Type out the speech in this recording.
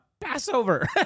Passover